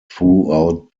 throughout